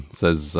says